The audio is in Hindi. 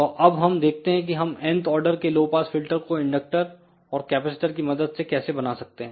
तोअब हम देखते हैं की हम nth ऑर्डर के लो पास फिल्टर को इंडक्टर और कैपेसिटर की मदद से कैसे बना सकते हैं